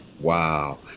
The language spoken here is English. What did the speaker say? wow